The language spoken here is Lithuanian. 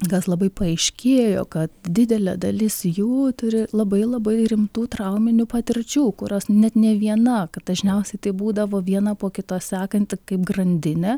kas labai paaiškėjo kad didelė dalis jų turi labai labai rimtų trauminių patirčių kurios net ne viena kad dažniausiai tai būdavo viena po kitos sekanti kaip grandinė